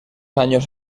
años